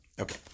Okay